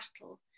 battle